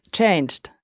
changed